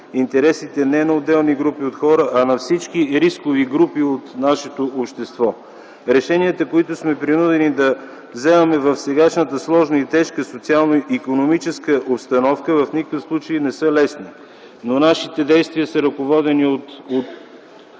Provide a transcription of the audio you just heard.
интересите не на отделни групи от хора, а на всички рискови групи от нашето общество. Решенията, които сме принудени да вземаме в сегашната сложна и тежка социално-икономическа обстановка в никакъв случай не са лесни. Нашите действия са ръководени от